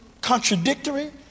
contradictory